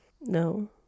No